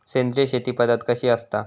सेंद्रिय शेती पद्धत कशी असता?